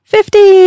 Fifty